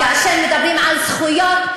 כאשר מדברים על זכויות,